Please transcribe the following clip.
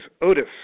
Otis